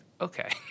okay